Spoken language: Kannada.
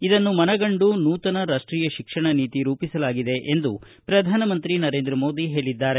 ಇದನ್ನು ಮನಗಂಡು ನೂತನ ರಾಷ್ವೀಯ ಶಿಕ್ಷಣ ನೀತಿ ರೂಪಿಸಲಾಗಿದೆ ಎಂದು ಪ್ರಧಾನಮಂತ್ರಿ ನರೇಂದ್ರ ಮೋದಿ ಹೇಳಿದ್ದಾರೆ